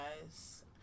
guys